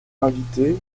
invités